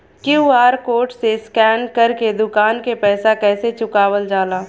QR code से scan कर के दुकान के पैसा कैसे चुकावल जाला?